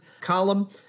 column